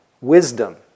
wisdom